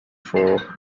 for